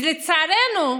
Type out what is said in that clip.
לצערנו,